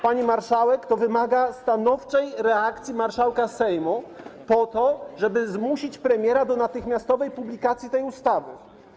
Pani marszałek, to wymaga stanowczej reakcji marszałka Sejmu po to, żeby zmusić premiera do natychmiastowej publikacji tej ustawy.